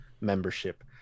membership